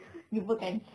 lupakan